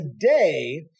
today